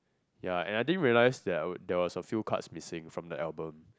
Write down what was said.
ya and I didn't realise there there was a few cards missing from the album